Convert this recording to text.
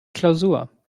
klausur